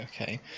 Okay